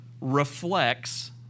reflects